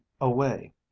away